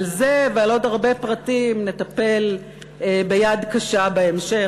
בזה ובעוד הרבה פרטים נטפל ביד קשה בהמשך,